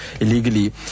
illegally